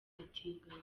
abatinganyi